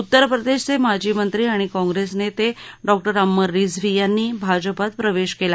उत्तप्रदेशचे माजी मंत्री आणि काँप्रेस नेते डॉक्टर अम्मर रिझवी यांनी भाजपात प्रवेश केला